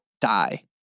die